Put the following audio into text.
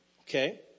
Okay